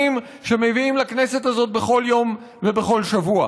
שמביאים לכנסת הזאת בכל יום ובכל שבוע.